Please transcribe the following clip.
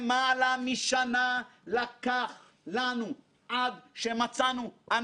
שאין להם שום קשר למערכות שעליהן אנחנו מדברים.